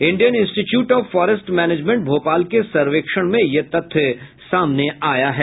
Indian Institute of Forest Management Bhopal के सर्वेक्षण में यह तथ्य सामने आया है